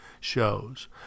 shows